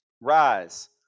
Rise